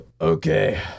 okay